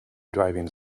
driving